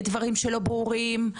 דברים שלא ברורים?